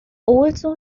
also